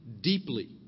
deeply